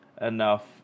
enough